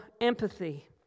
empathy